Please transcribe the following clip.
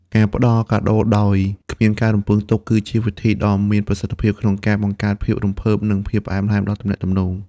ការផ្ដល់កាដូដោយគ្មានការរំពឹងទុក គឺជាវិធីដ៏មានប្រសិទ្ធភាពក្នុងការបង្កើនភាពរំភើប និងភាពផ្អែមល្ហែមដល់ទំនាក់ទំនង។